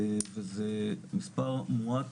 זה מספר מועט,